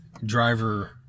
driver